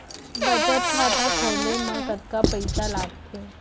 बचत खाता खोले मा कतका पइसा लागथे?